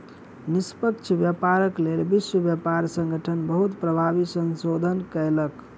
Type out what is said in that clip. निष्पक्ष व्यापारक लेल विश्व व्यापार संगठन बहुत प्रभावी संशोधन कयलक